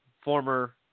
former